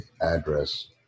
address